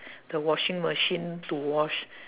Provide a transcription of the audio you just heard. the washing machine to wash